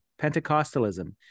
Pentecostalism